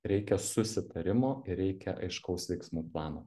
reikia susitarimo ir reikia aiškaus veiksmų plano